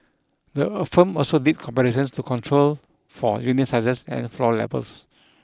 the a firm also did comparisons to control for unit sizes and floor levels